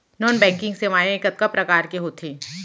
non banking सेवाएं कतका प्रकार के होथे